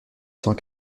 cent